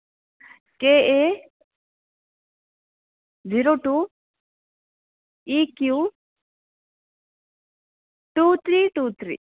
K A zero two E Q two three two three